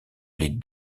les